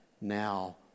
now